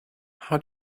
how